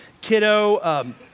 kiddo –